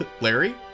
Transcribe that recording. Larry